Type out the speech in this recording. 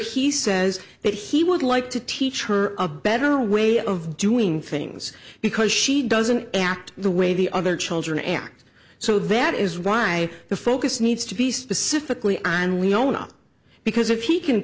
where he says that he would like to teach her a better way of doing things because she doesn't act the way the other children act so that is why the focus needs to be specifically on we own up because if he can